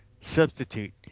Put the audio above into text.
substitute